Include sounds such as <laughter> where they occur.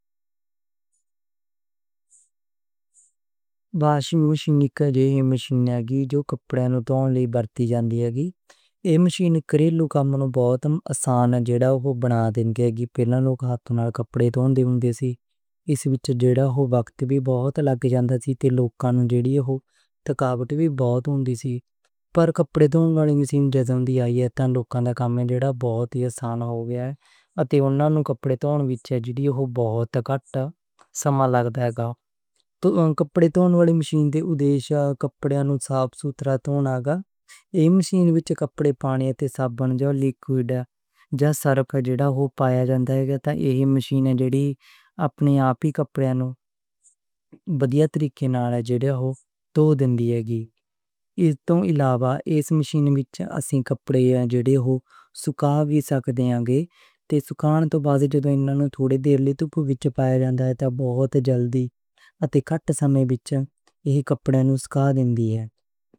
<noise> Washing machine اک جہی مشین ہے جو کپڑے نوں دھوݨ لئی ورتی جاندی ہے۔ ایہ مشین گھریلو لوکاں لئی بہت آسانی پیدا کر دیندی ہے۔ پہلاں ہتھاں نال کپڑے دھوݨے پیندے سن، اس وچ سماں وی بہت لگدا سی تے لوکاں نوں تھکاوٹ وی ہوندی سی۔ پر کپڑے دھوݨ والی مشین جدوں آئی ہے، تے گھریلو کم بہت ہی آسان ہو گئے ہن تے کپڑے دھوݨ وچ ہن گھٹ سماں لگدا ہے۔ کپڑے دھوݨ والی مشین دا مقصد کپڑیاں نوں صاف ستھرا دھوݨا ہوندا ہے۔ اس مشین وچ کپڑے، پانی، صابن یا لیکویڈ سرف پایا جاندا ہے۔ ایہ مشین اپنے آپ ہی کپڑیاں نوں ودھیا طریقے نال دھو دیندی ہے۔ اس دے علاوہ اس مشین نال کپڑیاں نوں سُکایا وی جا سکدا ہے۔ تے سُکاؤݨ توں بعد جدوں کپڑیاں نوں تھوڑی دیر دھوپ وچ پایا جاندا ہے تاں اوہ بہت جلدی تے گھٹ سماں وچ سُک جاندے ہن۔